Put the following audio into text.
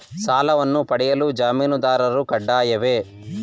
ಸಾಲವನ್ನು ಪಡೆಯಲು ಜಾಮೀನುದಾರರು ಕಡ್ಡಾಯವೇ?